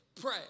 Pray